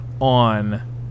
on